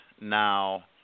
now